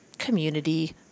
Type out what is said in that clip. community